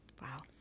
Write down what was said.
Wow